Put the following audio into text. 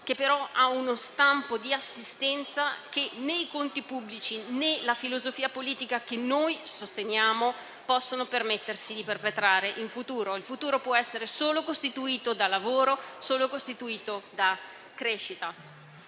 che però ha uno stampo di assistenza che né i conti pubblici, né la filosofia politica che noi sosteniamo possono permettersi di perpetrare in futuro. Il futuro può essere solo costituito da lavoro e da crescita